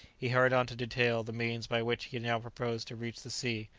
he hurried on to detail the means by which he now proposed to reach the sea,